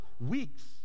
weeks